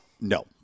no